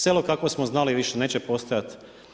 Selo kakvo smo znali više neće postojati.